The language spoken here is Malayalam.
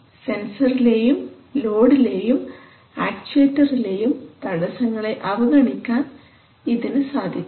സെൻസർലെയും ലോഡ് ലെയും ആക്ച്ച്ചുവെറ്ററിലെയും തടസ്സങ്ങളെ അവഗണിക്കാൻ ഇതിന് സാധിക്കണം